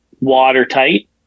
watertight